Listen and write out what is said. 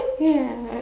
ya